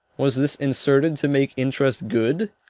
was this inserted to make interest good?